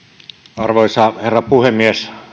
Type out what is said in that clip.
arvoisa herra puhemies